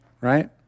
right